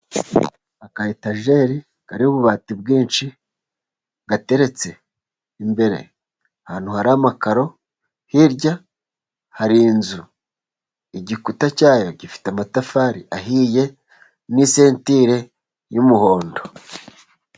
Aka Etajeri kariho ububati bwinshi , gateretse imbere ahantu hari amakaro , hirya hari inzu igikuta cyayo gifite amatafari ahiye , n'isentire y'umuhondo.